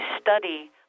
study